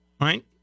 right